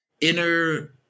inner